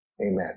Amen